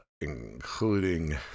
including